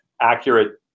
accurate